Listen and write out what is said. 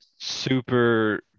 super